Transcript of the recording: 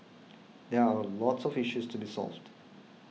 there are lots of issues to be solved